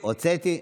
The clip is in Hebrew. הוצאתי,